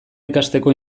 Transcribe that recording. ikasteko